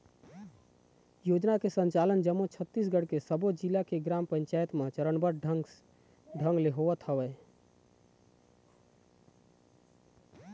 योजना के संचालन जम्मो छत्तीसगढ़ के सब्बो जिला के ग्राम पंचायत म चरनबद्ध ढंग ले होवत हवय